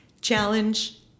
challenge